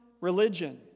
religion